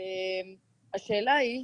השאלה היא,